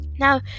Now